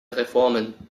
reformen